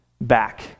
back